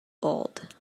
old